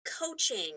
Coaching